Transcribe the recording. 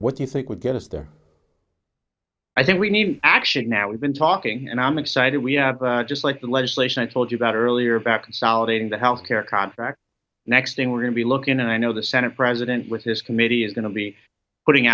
what do you think would get us there i think we need action now we've been talking and i'm excited we have just like the legislation i told you about earlier in fact consolidating the health care contract next thing we're going to be looking at i know the senate president with his committee is going to be putting